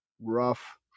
rough